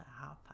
half